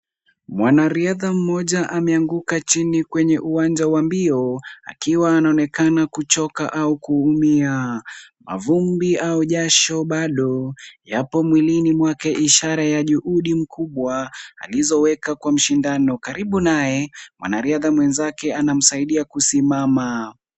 Mwanariadha mmoja ameanguka chini kwenye uwanja wa mbio, akiwa anaonekana kuchoka au kuumia. Mavumbi au jasho bado yapo mwilini mwake ishara ya juhudi mkubwa alizoweka kwa mshindano. Karibu naye mwanariadha mwenzake anamsaidia kusimama.